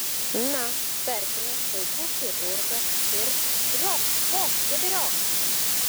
na tarkime vaikų chirurgą ir triokšt pokšt keberiokšt